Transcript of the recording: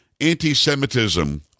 anti-Semitism